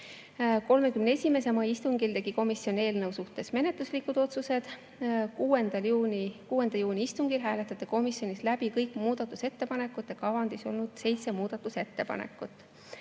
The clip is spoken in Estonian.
31. mai istungil tegi komisjon eelnõu suhtes menetluslikud otsused. 6. juuni istungil hääletati komisjonis läbi kõik muudatusettepanekute kavandis olnud seitse muudatusettepanekut.